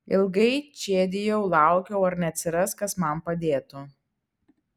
ilgai čėdijau laukiau ar neatsiras kas man padėtų